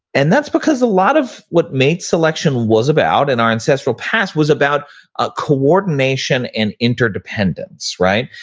and that's because a lot of what mate selection was about in our ancestral past was about ah coordination and interdependence, right?